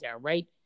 right